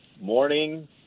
morning